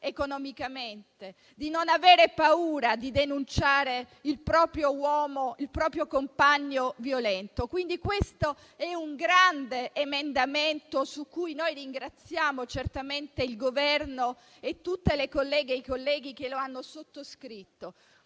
economicamente, di non avere paura di denunciare il proprio compagno violento. Quindi si tratta di un grande emendamento per il quale ringraziamo certamente il Governo e tutte le colleghe e i colleghi che lo hanno sottoscritto.